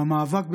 במאבק,